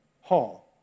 Hall